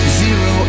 zero